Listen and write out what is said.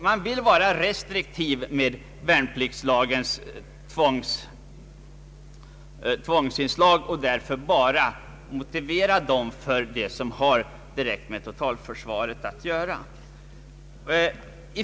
Man vill vara restriktiv med värnpliktslagens tvångsinslag och därför bara aktualisera dem för sådant som direkt har att göra med totalförsvaret.